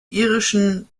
irischen